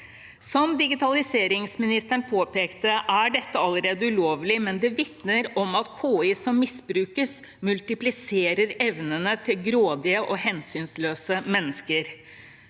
Som digitaliseringsministeren påpekte, er dette allerede ulovlig, men det vitner om at KI som misbrukes, multipliserer evnene til grådige og hensynsløse mennesker.